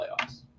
playoffs